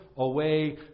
Away